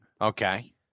Okay